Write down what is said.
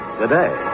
today